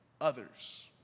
others